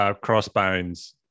Crossbones